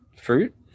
fruit